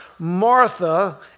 Martha